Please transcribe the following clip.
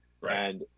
Right